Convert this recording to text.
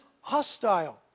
hostile